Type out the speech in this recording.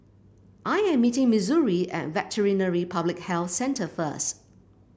I am meeting Missouri at Veterinary Public Health Centre first